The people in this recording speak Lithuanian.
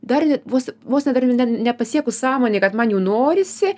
dar net vos vos ne dar ne nepasiekus sąmonei kad man jau norisi